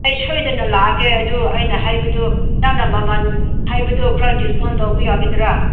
ꯑꯩ ꯁꯣꯏꯗꯅ ꯂꯥꯛꯑꯒꯦ ꯑꯗꯨ ꯑꯩꯅ ꯍꯥꯏꯕꯗꯣ ꯅꯪꯅ ꯃꯃꯟ ꯍꯥꯏꯕꯗꯣ ꯈꯔ ꯗꯤꯁꯀꯥꯎꯟ ꯇꯧꯕ ꯌꯥꯒꯗ꯭ꯔ